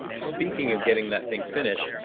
speaking of getting that thing finished,